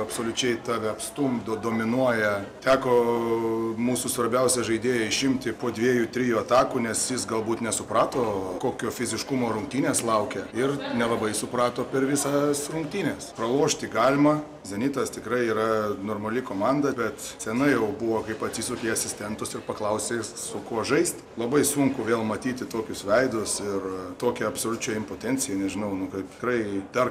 absoliučiai tave apstumdo dominuoja teko mūsų svarbiausią žaidėją išimti po dviejų trijų atakų nes jis galbūt nesuprato kokio fiziškumo rungtynės laukia ir nelabai suprato per visas rungtynes pralošti galima zenitas tikrai yra normali komanda scena jau buvo kai atsisuki į asistentus ir paklausi su kuo žaisti labai sunku vėl matyti tokius veidus ir tokią absoliučią impotenciją nežinau kaip tikrai dar